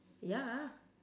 ya